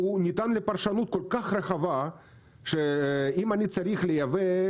ניתנת לפרשנות כל כך רחבה שאם אני צריך לייבא,